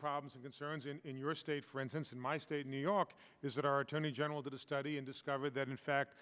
problems and concerns in your state for instance in my state new york is that our attorney general did a study and discovered that in fact